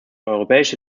europäische